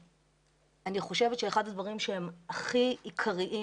ואני חושבת שאחד הדברים שהם הכי עיקריים